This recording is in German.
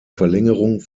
verlängerung